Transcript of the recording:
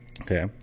Okay